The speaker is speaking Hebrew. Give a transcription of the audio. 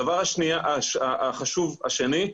הדבר החשוב השני,